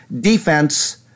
defense